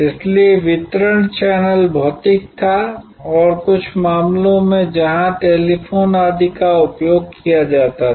इसलिए वितरण चैनल भौतिक था और कुछ मामलों में जहां टेलीफोन आदि का उपयोग किया जाता था